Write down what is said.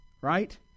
Right